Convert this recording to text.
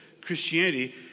Christianity